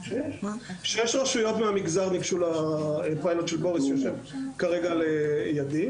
ראשית יש שש רשויות מהמגזר שניגשו לפיילוט של בוריס שיושב כרגע לידי.